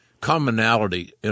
commonality